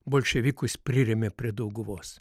bolševikus prirėmė prie dauguvos